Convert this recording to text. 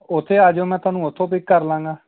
ਉੱਥੇ ਆ ਜਾਇਓ ਮੈਂ ਤੁਹਾਨੂੰ ਉੱਥੋਂ ਪਿੱਕ ਕਰ ਲਵਾਂਗਾ